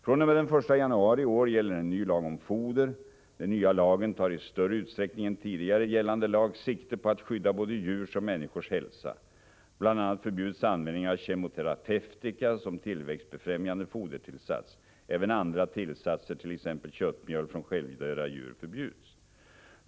fr.o.m. den 1 januari i år gäller en ny lag om foder. Den nya lagen tar i större utsträckning än tidigare gällande lag sikte på att skydda både djurs och människors hälsa. Bl.a. förbjuds användningen av kemoterapeutika som tillväxtbefrämjande fodertillsats. Även andra tillsatser, t.ex. köttmjöl från självdöda djur, förbjuds.